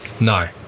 No